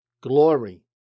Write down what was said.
glory